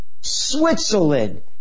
Switzerland